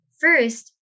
first